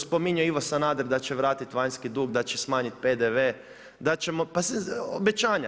Spominje Ivo Sanader da će vratiti vanjski dug, da će smanjiti PDV, da ćemo, obećanja.